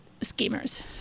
schemers